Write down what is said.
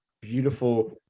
beautiful